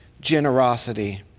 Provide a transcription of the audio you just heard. generosity